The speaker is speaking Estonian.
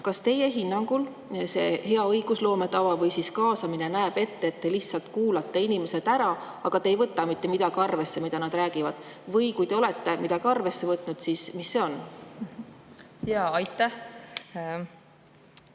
Kas teie hinnangul see hea õigusloome tava või kaasamine näeb ette, et te lihtsalt kuulate inimesed ära, aga ei võta arvesse mitte midagi, mida nad räägivad? Või kui te olete midagi arvesse võtnud, siis mis see on? Aitäh,